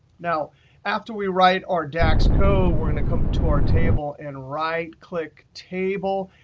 now after we write our dax code, we're going to come to our table and right click table,